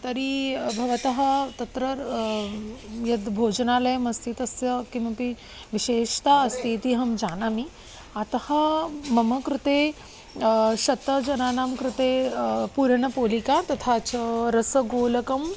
तर्हि भवतः तत्र र् यद्भोजनालयमस्ति तस्य किमपि विशेषता अस्ति इति अहं जानामि अतः मम कृते शतजनानां कृते पूरणपोलिका तथा च रसगोलकम्